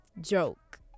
joke